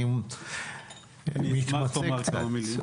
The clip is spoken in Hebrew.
ואני מתמצא קצת.